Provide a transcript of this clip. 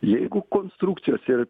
jeigu konstrukcijos ir